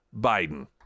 Biden